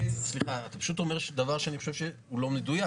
סליחה, אתה פשוט אומר דבר לא מדויק.